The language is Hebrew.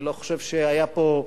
אני לא חושב שהיה פה,